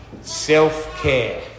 self-care